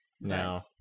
no